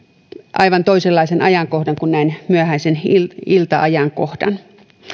aivan toisenlaisen ajankohdan kuin näin myöhäisen ilta ajankohdan